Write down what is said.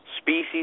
species